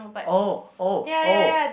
oh oh oh